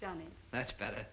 johnny that's better